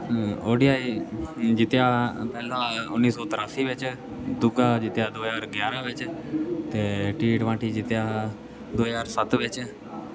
O D I जित्तेया पैह्ला उन्नी सौ त्रासी बिच दूआ जित्तेया दो ज्हार ग्याहरा बिच ते टी ट्वेंटी जित्तेया दो ज्हार सत्त बिच